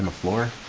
um for